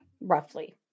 roughly